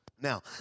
Now